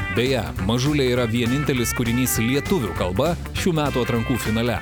beje mažulė yra vienintelis kūrinys lietuvių kalba šių metų atrankų finale